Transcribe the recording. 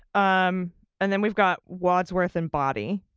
um and then we've got wadsworth and boddy.